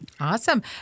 Awesome